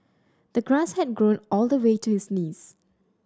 the grass had grown all the way to his knees